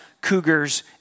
cougars